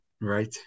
Right